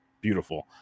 beautiful